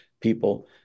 people